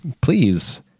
please